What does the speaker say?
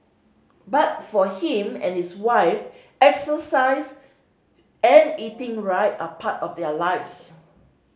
but for him and his wife exercise and eating right are part of their lives